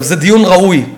זה דיון ראוי.